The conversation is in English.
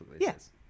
Yes